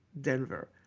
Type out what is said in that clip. Denver